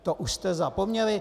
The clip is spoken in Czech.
To už jste zapomněli?